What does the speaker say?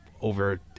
over